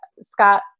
Scott